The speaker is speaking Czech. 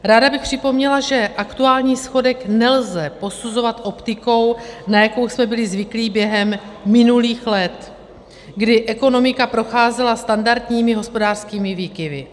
Ráda bych připomněla, že aktuální schodek nelze posuzovat optikou, na jakou jsme byli zvyklí během minulých let, kdy ekonomika procházela standardními hospodářskými výkyvy.